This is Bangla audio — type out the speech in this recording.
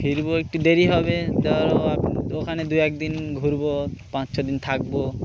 ফিরবো একটু দেরি হবে আপনি ওখানে দু একদিন ঘুরবো পাঁচ ছদিন থাকবো